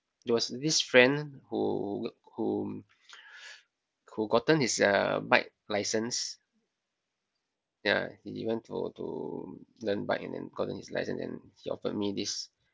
there was this friend who whom who gotten his uh bike licence ya he went for to learn bike and then gotten his licence and he offered me this